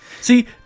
See